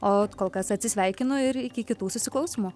o kol kas atsisveikinu ir iki kitų susiklausymų